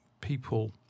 people